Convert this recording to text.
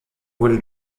wurde